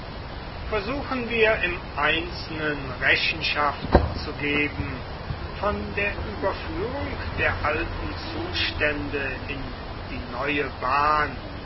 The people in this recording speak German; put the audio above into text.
versuchen wir im einzelnen rechenschaft zu geben von der überführung der alten zustände in die neue bahn